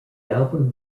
album